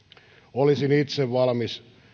olisin itse valmis